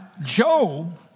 Job